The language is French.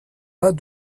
pas